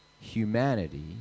humanity